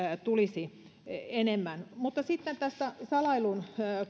tulisi enemmän mutta sitten tästä salailun